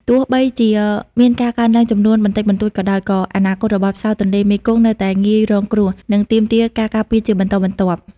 ទោះបីជាមានការកើនឡើងចំនួនបន្តិចបន្តួចក៏ដោយ ក៏អនាគតរបស់ផ្សោតទន្លេមេគង្គនៅតែងាយរងគ្រោះ និងទាមទារការការពារជាបន្តបន្ទាប់។